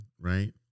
right